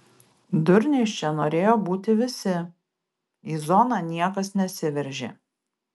durniais čia norėjo būti visi į zoną niekas nesiveržė